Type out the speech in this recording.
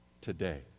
today